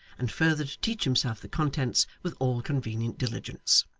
and further to teach himself the contents with all convenient diligence.